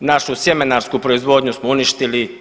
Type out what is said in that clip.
Našu sjemenarsku proizvodnju smo uništili.